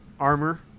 armor